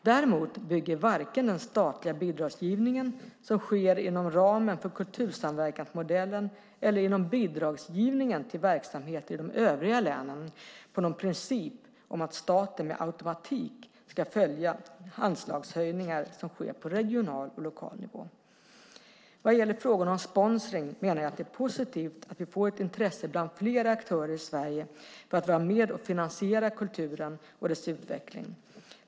Däremot bygger varken den statliga bidragsgivning som sker inom ramen för kultursamverkansmodellen eller bidragsgivningen till verksamheter i de övriga länen på någon princip om att staten med automatik ska följa anslagshöjningar som sker på regional och lokal nivå. Vad gäller frågorna om sponsring menar jag att det är positivt att vi får ett intresse bland flera aktörer i Sverige för att vara med och finansiera kulturen och dess utveckling.